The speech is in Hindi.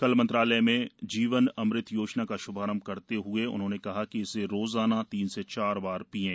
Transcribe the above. कल मंत्रालय में जीवन अमृत योजना का श्भारंभ करते हुए कहा कि इसे रोजाना तीन से चार बार पिएं